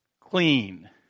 clean